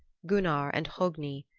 gunnar and hogni,